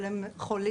אבל הם חולים,